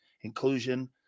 inclusion